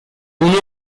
uno